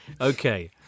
Okay